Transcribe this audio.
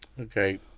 Okay